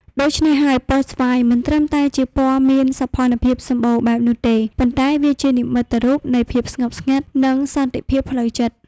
ដូច្នះហើយពណ៌ស្វាយ មិនត្រឹមតែជាពណ៌មានសោភ័ណភាពសម្បូរបែបនោះទេ ប៉ុន្តែវាជានិមិត្តរូបនៃ ភាពស្ងប់ស្ងាត់និង សន្តិភាពផ្លូវចិត្ត។